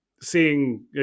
seeing